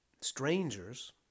strangers